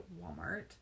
Walmart